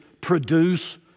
produce